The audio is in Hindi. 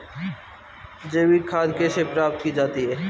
जैविक खाद कैसे प्राप्त की जाती है?